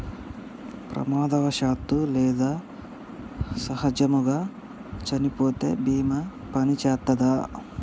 ప్రమాదవశాత్తు లేదా సహజముగా చనిపోతే బీమా పనిచేత్తదా?